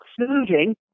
including